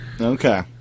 Okay